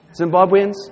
Zimbabweans